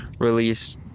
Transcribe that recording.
release